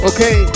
Okay